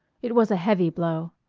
it was a heavy blow.